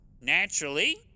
Naturally